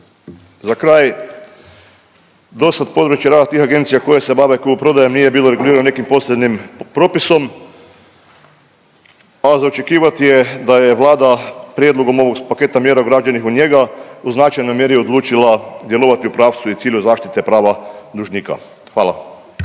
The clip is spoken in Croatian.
Za kraj, dosad područje rada tih agencija koje se bave kupoprodajom nije bilo regulirano nekim posebnim propisom, a za očekivati je da je Vlada prijedlogom ovog paketa mjera ugrađenih u njega u značajnoj mjeri odlučila djelovati u pravcu i cilju zaštite prava dužnika. Hvala.